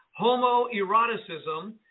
homoeroticism